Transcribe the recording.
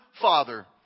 father